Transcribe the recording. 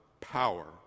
power